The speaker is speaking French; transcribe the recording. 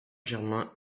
germain